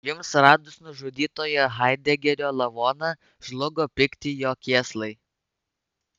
jums radus nužudytojo haidegerio lavoną žlugo pikti jo kėslai